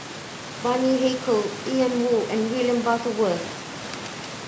Bani Haykal Ian Woo and William Butterworth